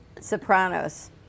Sopranos